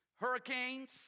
hurricanes